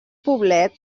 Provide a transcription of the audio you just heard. poblet